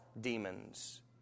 demons